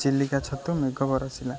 ଚିଲିକା ଛତୁ ମେଘ ବରସିଲା